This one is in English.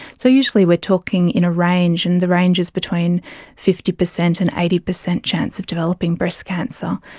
so usually we are talking in a range and the range is between fifty percent and eighty percent chance of developing breast cancer.